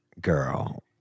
girl